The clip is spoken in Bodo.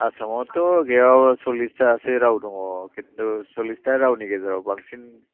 आसामआवथ' गैयाबाबो सरलिसथासो राव दङ खिन्थु सरलिसथा रावनि गेजेराव बांसिन